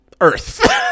Earth